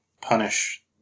punish